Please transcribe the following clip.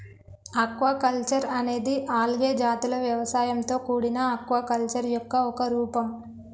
aquaculture అనేది algae జాతుల వ్యవసాయంతో కూడిన ఆక్వాకల్చర్ యొక్క ఒక రూపం